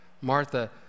Martha